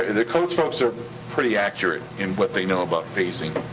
the codes folks are pretty accurate in what they know about phasing,